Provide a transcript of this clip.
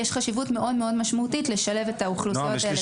יש חשיבות רבה לשלב את האוכלוסיות האלה בתקציב.